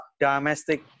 domestic